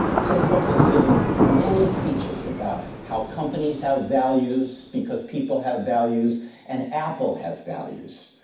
tim cook has given many speeches about how companies have values because people have values and apple has values.